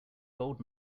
gold